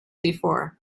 before